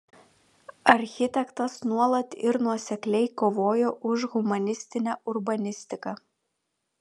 architektas nuolat ir nuosekliai kovojo už humanistinę urbanistiką